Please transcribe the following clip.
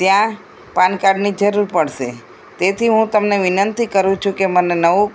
ત્યાં પાનકાડની જરૂર પડશે તેથી હું તમને વિનંતી કરું છું કે મને નવું